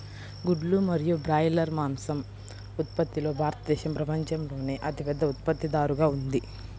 గుడ్లు మరియు బ్రాయిలర్ మాంసం ఉత్పత్తిలో భారతదేశం ప్రపంచంలోనే అతిపెద్ద ఉత్పత్తిదారుగా ఉంది